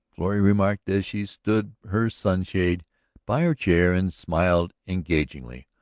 florrie remarked as she stood her sunshade by her chair and smiled engagingly.